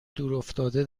دورافتاده